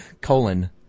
colon